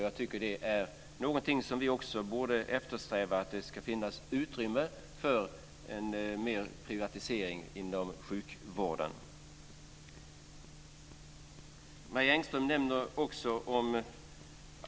Jag tycker att det är någonting som också vi borde eftersträva. Det ska finnas utrymme för mer privatisering inom sjukvården.